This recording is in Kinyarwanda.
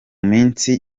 minsi